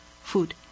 food